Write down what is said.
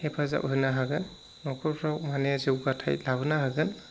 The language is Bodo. हेफाजाब होनो हागोन न'खरफ्राव माने जौगाथाय लाबोनो हागोन